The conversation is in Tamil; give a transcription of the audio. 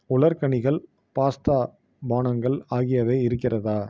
உலர்கனிகள் பாஸ்தா பானங்கள் ஆகியவை இருக்கிறதா